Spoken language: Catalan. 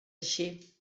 així